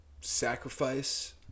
sacrifice